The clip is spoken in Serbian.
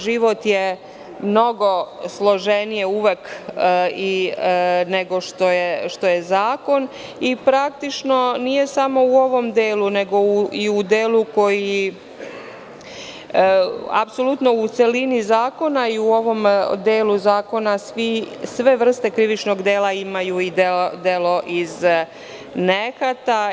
Život je mnogo složeniji uvek, nego što je zakon i praktično nije samo u ovom delu, nego i u celini zakona i u ovom delu zakona sve vrste krivičnog dela imaju i delo iz nehata.